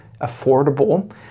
affordable